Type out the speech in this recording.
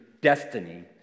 destiny